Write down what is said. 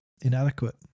inadequate